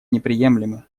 неприемлемы